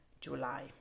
july